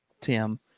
Tim